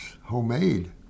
homemade